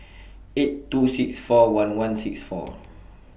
eight two six four one one six four